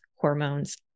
hormones